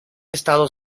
estado